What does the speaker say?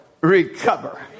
recover